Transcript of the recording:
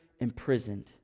imprisoned